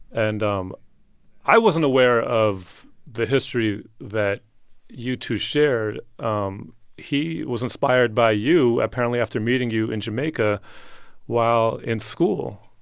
and um i wasn't aware of the history that you two shared. um he was inspired by you, apparently, after meeting you in jamaica while in school.